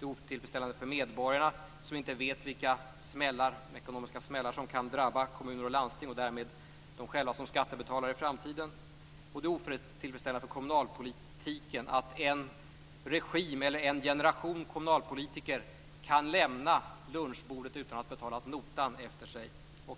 Det är otillfredsställande för medborgarna, som inte vet vilka ekonomiska smällar som kan drabba kommuner och landsting och därmed dem själva som skattebetalare i framtiden. Det är också otillfredsställande att en generation av kommunalpolitiker kan lämna lunchbordet utan att betala notan efter sig.